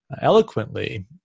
eloquently